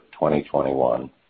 2021